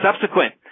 subsequent